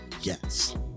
yes